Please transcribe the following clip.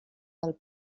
del